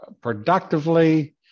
productively